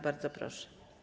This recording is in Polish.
Bardzo proszę.